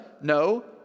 No